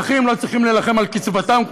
נכים לא צריכים להילחם על קצבתם,